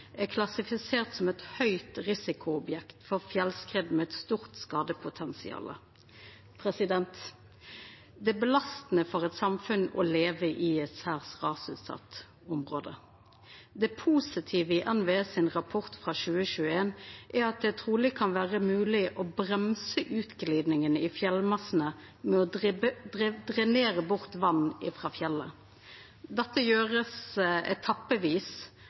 er klassifisert som eit høgrisikoobjekt for fjellskred med eit stort skadepotensial. Det er belastande for eit samfunn å leva i eit særs rasutsett område. Det positive i NVE sin rapport frå 2021 er at det truleg kan vera mogleg å bremsa utglidingane i fjellmassane ved å drenera bort vatn frå fjellet. Dette gjer ein etappevis